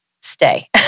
stay